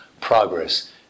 progress